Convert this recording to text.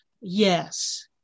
Yes